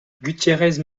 gutiérrez